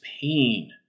pain